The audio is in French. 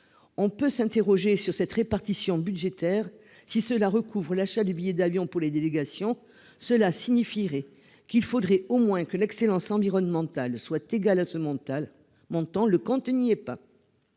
On peut s'interroger sur cette répartition budgétaire si cela recouvre l'achat du billet d'avion pour les délégations, cela signifierait qu'il faudrait au moins que l'excellence environnementale soit égal à ce mental montant le compte n'y est pas.